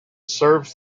serves